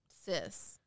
sis